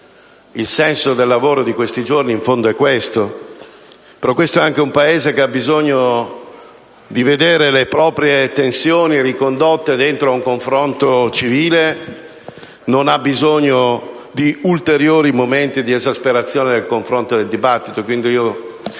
Il senso del lavoro di questi giorni in fondo è questo, però il nostro è anche un Paese che ha bisogno di vedere le proprie tensioni ricondotte dentro un confronto civile e non ha bisogno di ulteriori momenti di esasperazione del confronto e del dibattito.